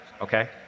okay